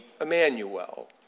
Emmanuel